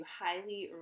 highly